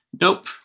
Nope